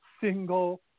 single